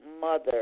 mother